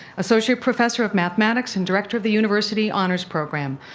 associate professor of mathematics and director of the university honors program.